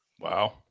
Wow